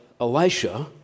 Elisha